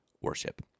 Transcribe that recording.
worship